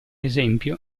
esempio